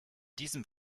diesem